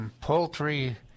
poultry